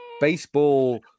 baseball